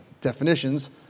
definitions